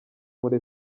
muri